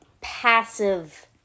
passive